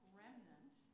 remnant